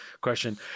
question